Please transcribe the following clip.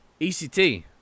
ECT